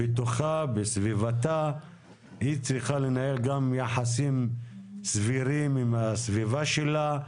היא בטוחה בסביבתה היא צריכה לנהל גם יחסים סבירים עם הסביבה שלה,